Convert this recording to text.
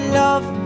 love